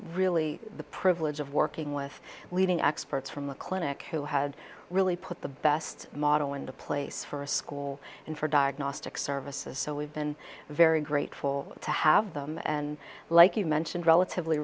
really the privilege of working with leading experts from the clinic you had really put the best model in the place for a school and for diagnostic services so we've been very grateful to have them and like you mentioned relatively